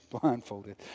blindfolded